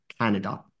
Canada